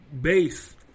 base